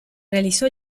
realizó